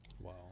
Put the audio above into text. Wow